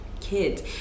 kids